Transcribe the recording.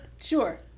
sure